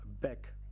back